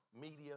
media